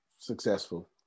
successful